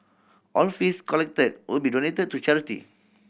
all fees collected will be donated to charity